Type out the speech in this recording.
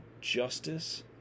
justice